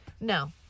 no